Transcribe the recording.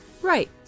Right